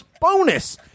bonus